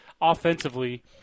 offensively